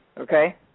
okay